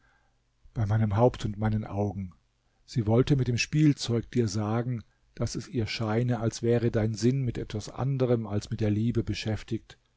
bei meinem haupt und meinen augen sie wollte mit dem spielzeug dir sagen daß es ihr scheine als wäre dein sinn mit etwas anderem als mit der liebe beschäftigt